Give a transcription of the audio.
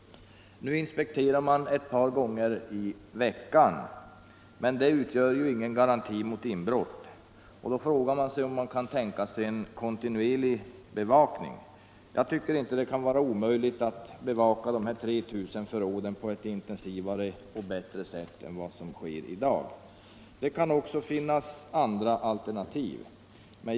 Nu inspekterar man ett par gånger i veckan, men det utgör ju ingen garanti mot inbrott. Då frågar man sig om det kan tänkas en kontinuerlig bevakning, och jag tycker inte att det bör vara omöjligt att bevaka dessa 3 000 förråd på ett mera intensivt och bättre sätt än vad som i dag sker. Det kan också finnas andra alternativ.